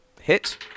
hit